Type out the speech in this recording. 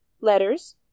Letters